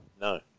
No